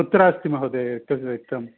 कुत्र अस्ति महोदये एतत् रिक्तं